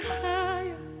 higher